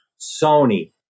Sony